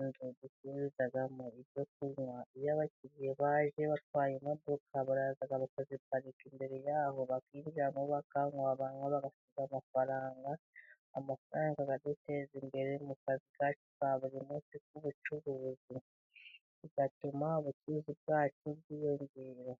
inzu ducururizamo ibyo kunywa. Iyo abakiriye baje batwaye imodoka, barayaza bakaziparika imbere yaho, bakinjiramo, bakanywa, banywa, bagasiga amafaranga. Amafaranga akaduteza imbere mu kazi kacu ka buri munsi k'ubucuruzi, bigatuma ubukungu bwacu bwiyongera.